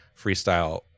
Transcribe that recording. freestyle